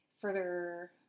further